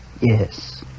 Yes